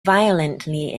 violently